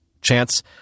chance